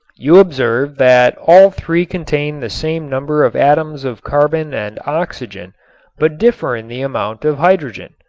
you observe that all three contain the same number of atoms of carbon and oxygen but differ in the amount of hydrogen.